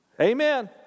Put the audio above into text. Amen